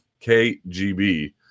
KGB